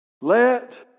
Let